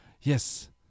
Yes